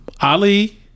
Ali